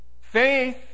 faith